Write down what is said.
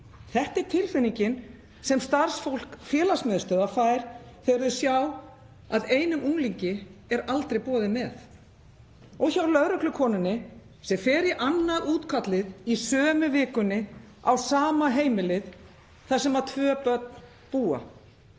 Þetta er tilfinningin sem starfsfólk félagsmiðstöðva fær þegar þau sjá að einum unglingi er aldrei boðið með. Og hjá lögreglukonunni sem fer í annað útkallið á sömu viku, á sama heimilið þar sem tvö börn búa.